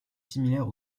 similaire